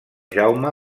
jaume